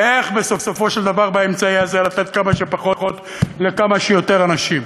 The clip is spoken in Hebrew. ואיך בסופו של דבר באמצעי הזה לתת כמה שפחות לכמה שיותר אנשים,